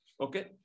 Okay